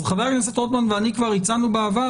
אז חבר הכנסת רוטמן ואני כבר הצענו בעבר,